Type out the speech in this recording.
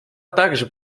также